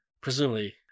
Presumably